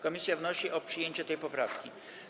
Komisja wnosi o przyjęcie tej poprawki.